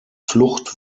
flucht